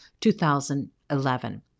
2011